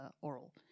oral